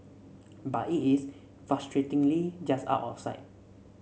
but it is frustratingly just out of sight